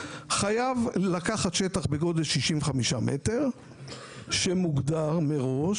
חייב לקחת שטח בגודל 65 מ"ר שמוגדר מראש.